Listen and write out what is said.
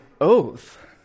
oath